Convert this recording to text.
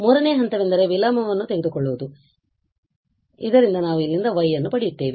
ಮೂರನೆಯ ಹಂತವೆಂದರೆ ವಿಲೋಮವನ್ನು ತೆಗೆದುಕೊಳ್ಳುವುದು ಇದರಿಂದ ನಾವು ಇಲ್ಲಿಂದ y ಅನ್ನು ಪಡೆಯುತ್ತೇವೆ